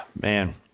man